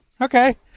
okay